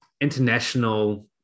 international